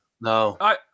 No